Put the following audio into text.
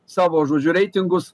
savo žodžiu reitingus